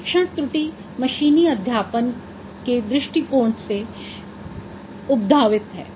प्रशिक्षण त्रुटि मशीनी अध्यापन के दृष्टिकोण से उद्भावित है